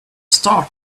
start